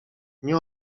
nie